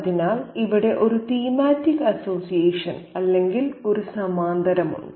അതിനാൽ ഇവിടെ ഒരു തീമാറ്റിക് അസോസിയേഷൻ അല്ലെങ്കിൽ ഒരു സമാന്തരമുണ്ട്